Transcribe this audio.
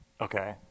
Okay